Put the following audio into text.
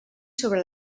sobre